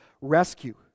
rescue